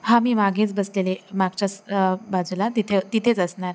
हा मी मागेच बसलेले मागच्याच बाजूला तिथे तिथेच असणार